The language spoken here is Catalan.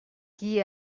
qui